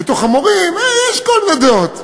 בין המורים, יש כל מיני דעות.